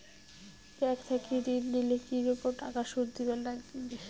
Bank থাকি ঋণ নিলে কি রকম টাকা সুদ দিবার নাগিবে?